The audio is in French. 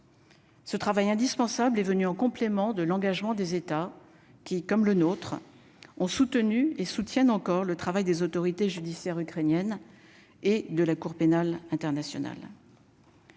Ce travail indispensable est venu en complément de l'engagement des États qui, comme le nôtre ont soutenu et soutiennent encore le travail des autorités judiciaires ukrainienne et de la Cour pénale internationale.